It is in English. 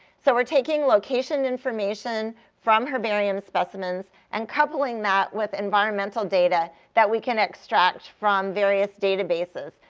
so we're taking location information from herbarium specimens and coupling that with environmental data that we can extract from various databases.